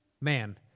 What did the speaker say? man